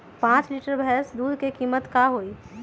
पाँच लीटर भेस दूध के कीमत का होई?